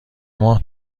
ماه